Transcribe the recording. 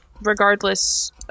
Regardless